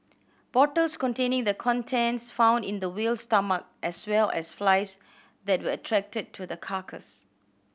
bottles containing the contents found in the whale's stomach as well as flies that were attracted to the carcass